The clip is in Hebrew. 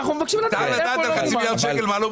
אנחנו מבקשים לעת איפה לא מומש.